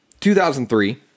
2003